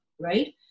right